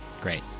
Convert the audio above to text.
Great